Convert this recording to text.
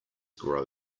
grow